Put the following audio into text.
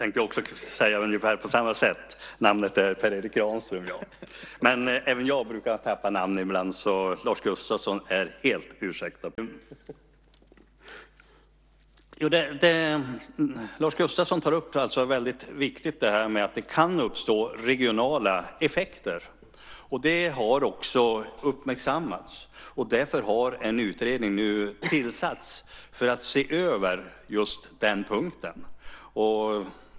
Herr talman! Lars Gustafsson tar upp något väldigt viktigt, nämligen att det kan uppstå regionala effekter. Det har också uppmärksammats, och därför har en utredning nu tillsatts för att se över just den punkten.